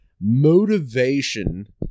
motivation